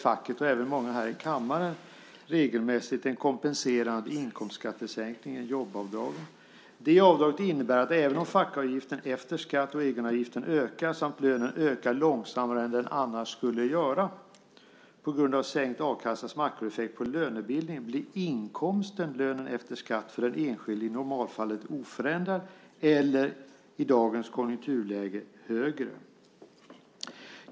Facket, och många här i kammaren, ignorerar regelmässigt en kompenserad inkomstskattesänkning, ett jobbavdrag. Det avdraget innebär att även om fackavgiften efter skatt och egenavgifter ökar och om lönen ökar långsammare än den annars skulle göra på grund av sänkt a-kassas makroeffekt på lönebildningen blir inkomsten - lönen efter skatt - för den enskilde i normalfallet oförändrad eller i dagens konjunkturläge högre.